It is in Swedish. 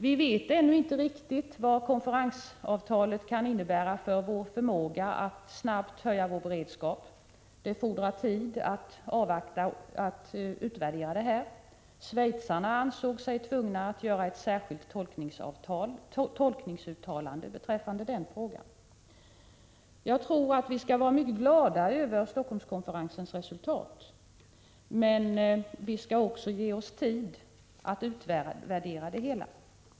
Vi vet ännu inte riktigt vad konferensavtalet kan innebära för vår förmåga att snabbt höja beredskapen. Det fordras tid att utvärdera det. Schweizarna ansåg sig tvungna att göra ett särskilt tolkningsuttalande i den frågan. Jag tycker att vi skall vara mycket glada över Stockholmskonferensens resultat. Men vi skall också ge oss tid att utvärdera det hela.